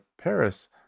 Paris